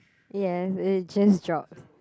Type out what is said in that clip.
yes it just drop